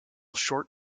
short